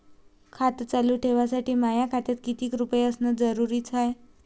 खातं चालू ठेवासाठी माया खात्यात कितीक रुपये असनं जरुरीच हाय?